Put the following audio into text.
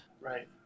Right